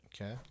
Okay